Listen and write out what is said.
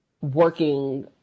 working